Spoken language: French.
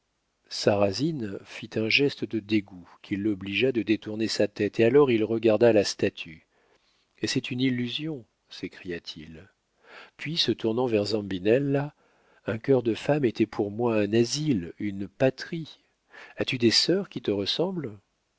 sarrasine fit un geste de dégoût qui l'obligea de détourner sa tête et alors il regarda la statue et c'est une illusion s'écria-t-il puis se tournant vers zambinella un cœur de femme était pour moi un asile une patrie as-tu des sœurs qui te ressemblent